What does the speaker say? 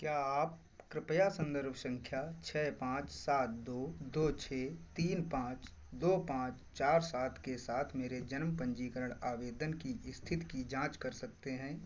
क्या आप कृपया संदर्भ संख्या छः पाँच सात दो दो छः तीन पाँच दो पाँच चार सात के साथ मेरे जन्म पंजीकरण आवेदन की स्थित की जाँच कर सकते हैं